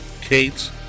Kate